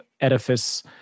edifice